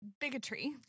bigotry